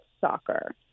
soccer